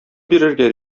бирергә